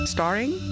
Starring